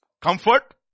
Comfort